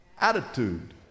attitude